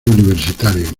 universitario